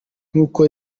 nuko